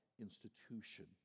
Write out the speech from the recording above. institution